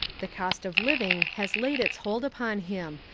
the cost of living has laid its hold upon him,